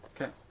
Okay